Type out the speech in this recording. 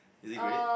is it grey